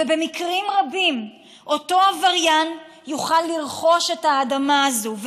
ובמקרים רבים אותו עבריין יוכל לרכוש את האדמה הזאת,